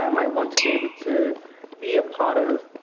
um i want to be able to be a part of